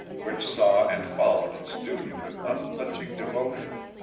which saw and followed its duty with unflinching devotion.